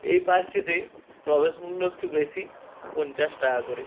এই পার্কটিতে প্রবেশমূল্য একটু বেশি পঞ্চাশ টাকা করে